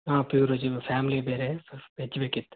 ಹಾಂ ಪ್ಯೂರ್ ವೆಜ್ಜಿಗೆ ಫ್ಯಾಮ್ಲಿ ಬೇರೆ ವೆಜ್ ಬೇಕಿತ್ತು